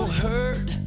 hurt